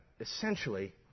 essentially